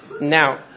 Now